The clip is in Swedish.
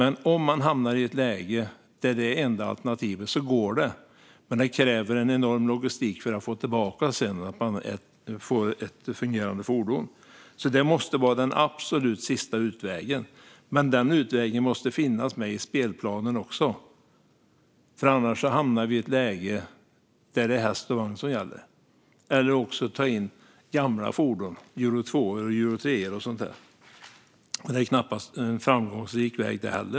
Om man hamnar i ett läge där det är det enda alternativet går det, men det kräver en enorm logistik att sedan få tillbaka det och få fungerande fordon. Det måste vara den absolut sista utvägen, men den utvägen måste finnas med på spelplanen. Annars hamnar vi i ett läge där det är häst och vagn som gäller. Eller också får vi ta in gamla fordon, Euro 2:or, Euro 3:or och sådant där. Det vore knappast heller en framgångsrik väg.